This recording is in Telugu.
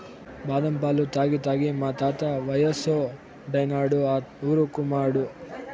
బాదం పాలు తాగి తాగి మా తాత వయసోడైనాడు ఆ ఊరుకుమాడు